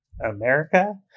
America